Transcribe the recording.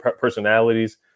personalities